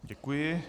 Děkuji.